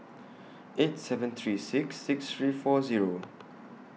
eight seven three six six three four Zero